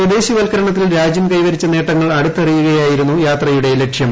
സ്വദേശിവൽക്കരണത്തിൽ രാജ്യം കൈവരിച്ചു നേട്ടങ്ങൾ അടുത്തറിയുകയായിരുന്നു യാത്രയുടെ ലക്ഷ്യം